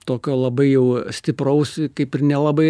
tokio labai jau stipraus kaip ir nelabai